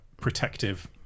protective